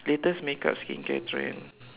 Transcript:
latest makeup skincare trend